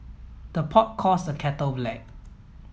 the pot calls the kettle black